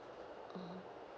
mmhmm